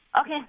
Okay